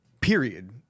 period